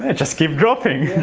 ah just keep dropping!